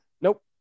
Nope